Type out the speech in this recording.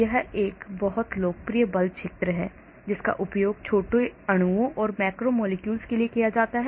CHARMM एक और बहुत लोकप्रिय बल क्षेत्र है जिसका उपयोग छोटे अणुओं और मैक्रोमोलेक्यूल्स के लिए किया जाता है